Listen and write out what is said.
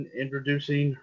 introducing